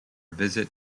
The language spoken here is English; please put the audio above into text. visit